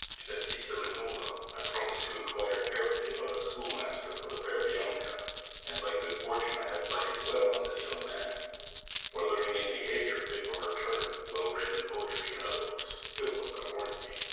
to baptista minola. i promis'd to enquire carefully about a schoolmaster for the fair bianca and by good fortune i have lighted well on this young man for learning and behaviour fit for her turn, well read in poetry and other books, good ones, i warrant ye.